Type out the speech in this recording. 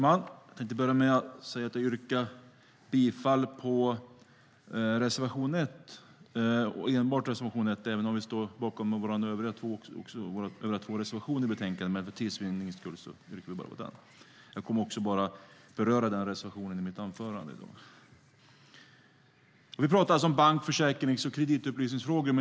Herr talman! Även om vi står bakom alla våra reservationer yrkar jag för tids vinnande endast bifall till reservation 1. Jag kommer också att beröra endast den reservationen i mitt anförande. Vi talar alltså om bank-, försäkrings och kreditupplysningsfrågor.